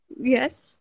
yes